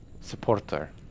supporter